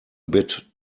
bit